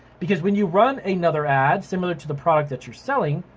because when you run another ad, similar to the product that you're selling,